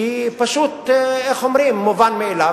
כי פשוט, איך אומרים, הוא מובן מאליו.